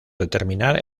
determinar